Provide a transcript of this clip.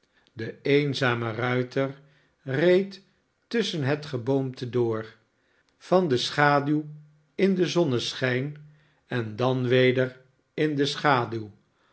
de eenzame ruiter reed tusschen het geboomte door van de schaduw in den zonneschijn en dan weder in de schaduw